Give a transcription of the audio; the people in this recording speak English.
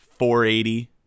480